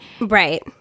right